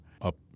up